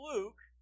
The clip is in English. Luke